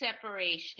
separation